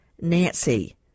nancy